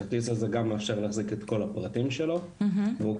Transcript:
הכרטיס הזה גם מאפשר להחזיק את כל הפרטים שלו והוא